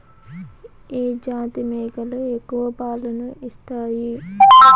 ఏ జాతి మేకలు ఎక్కువ పాలను ఇస్తాయి?